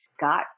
got